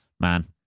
man